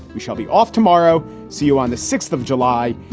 we shall be off tomorrow. see you on the sixth of july.